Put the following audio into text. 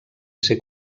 ser